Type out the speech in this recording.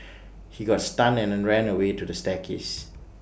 he got stunned and ran away to the staircase